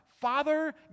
Father